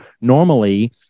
normally